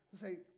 say